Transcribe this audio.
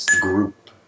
group